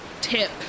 tip